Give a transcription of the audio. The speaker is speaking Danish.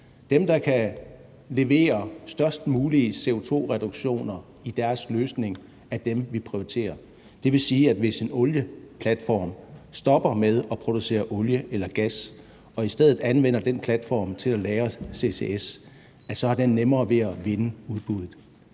dem, der kan levere størst mulige CO2-reduktioner i deres løsning, er dem, vi prioriterer? Det vil sige, at hvis en boreplatform stopper med at producere olie eller gas, og i stedet anvender den platform til at lagre, altså CCS, så har den nemmere ved at vinde udbuddet.